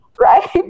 right